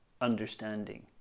understanding